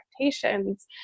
expectations